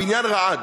הבניין רעד.